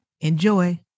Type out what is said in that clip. Enjoy